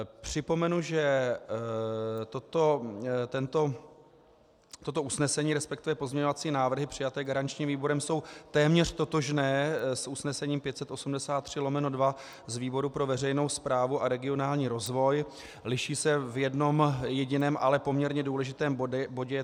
Připomenu, že toto usnesení, resp. pozměňovací návrhy přijaté garančním výborem jsou téměř totožné s usnesením 583/2 z výboru pro veřejnou správu a regionální rozvoj, liší se v jednom jediném, ale poměrně důležitém bodě.